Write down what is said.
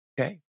okay